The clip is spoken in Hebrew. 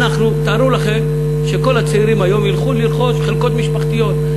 תארו לכם שכל הצעירים היום ילכו לרכוש חלקות משפחתיות,